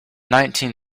nineteen